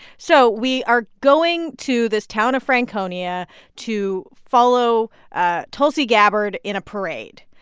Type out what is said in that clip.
so we are going to this town of franconia to follow ah tulsi gabbard in a parade.